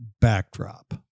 backdrop